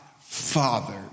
Father